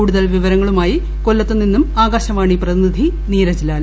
കൂടുതൽ വിവരങ്ങളുമായി കൊല്ലത്തുനിന്നും ആകാശവാണി പ്രതിനിധി നീരജ് ലാൽ